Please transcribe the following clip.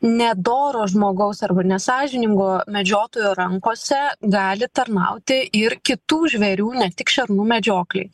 nedoro žmogaus arba nesąžiningo medžiotojo rankose gali tarnauti ir kitų žvėrių ne tik šernų medžioklei